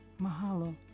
mahalo